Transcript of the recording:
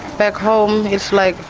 back home it's like